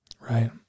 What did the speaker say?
Right